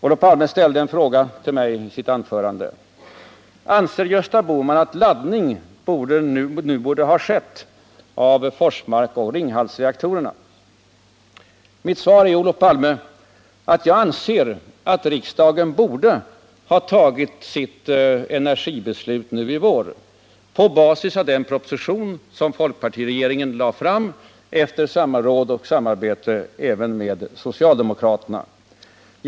Olof Palme ställde nu i sitt anförande en direkt fråga till mig: Anser Gösta Bohman att laddning nu borde ha skett av Forsmarksoch Ringhalsreaktorerna? Mitt svar till Olof Palme är att jag anser att riksdagen borde ha fattat sitt energibeslut nu i vår på basis av den proposition som folkpartiregeringen lade fram efter samråd och samarbete även med socialdemokraterna.